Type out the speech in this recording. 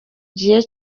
gihe